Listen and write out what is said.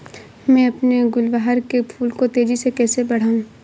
मैं अपने गुलवहार के फूल को तेजी से कैसे बढाऊं?